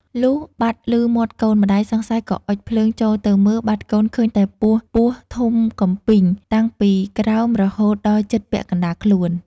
លុះបាត់ឮមាត់កូន ម្ដាយសង្ស័យក៏អុជភ្លើង ចូលទៅមើល បាត់កូនឃើញតែពោះពស់ធំកំពីង តាំងពីក្រោមរហូតដល់ជិតពាក់កណ្ដាលខ្លួន ។